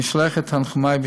אני שולח את תנחומי,